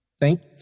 Thank